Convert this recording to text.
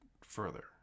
further